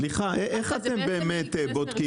סליחה, איך אתם באמת בודקים?